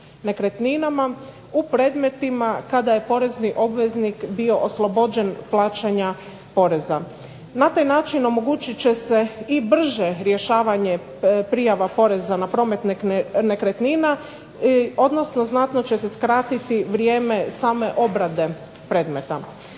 nekretninama, u predmetima kada je porezni obveznik bio oslobođen plaćanja poreza. Na taj način omogućit će se i brže rješavanje prijava poreza na promet nekretnina, odnosno znatno će se skratiti vrijeme same obrade predmeta.